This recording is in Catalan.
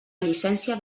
llicència